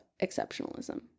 exceptionalism